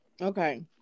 Okay